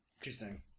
Interesting